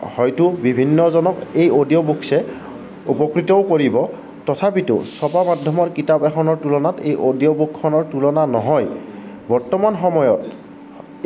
হয়তো বিভিন্নজনক এই অডিঅ' বুকছে উপকৃতও কৰিব তথাপিতো ছপা মাধ্যমৰ কিতাপ এখনৰ তুলনাত এই অডিঅ' বুকখনৰ তুলনা নহয় বৰ্তমান সময়ত